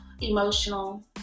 Emotional